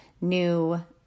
New